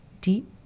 deep